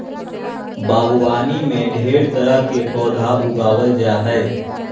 बागवानी में ढेर तरह के पौधा उगावल जा जा हइ